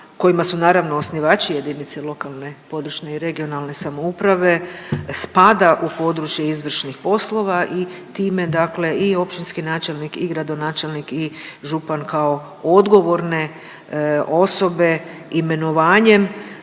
kojima su naravno osnivači jedinice lokalne, područne i regionalne samouprave spada u područje izvršnih poslova i time dakle i općinski načelnik i gradonačelnik i župan kao odgovorne osobe imenovanjem